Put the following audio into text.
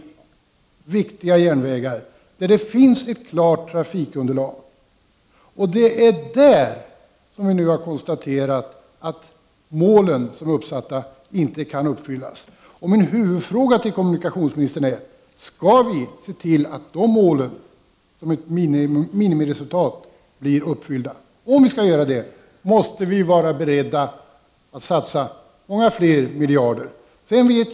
Detta är viktiga järnvägar där det finns ett bra trafikunderlag. Det är i fråga om dessa järnvägar som vi nu har konstaterat att de uppsatta målen inte kan uppfyllas. Min huvudfråga till kommunikationsministern är: Skall vi se till att dessa mål som ett minimiresultat blir uppfyllda? Om vi skall göra det måste vi vara beredda att satsa många fler miljarder.